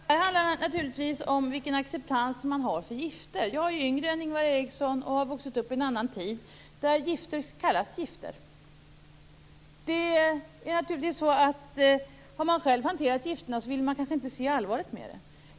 Fru talman! Det här handlar naturligtvis om vilken acceptans man har för gifter. Jag är yngre än Ingvar Eriksson och har vuxit i en annan tid där gifter kallas gifter. Har man själv hanterat gifterna vill man kanske inte se allvaret med dem.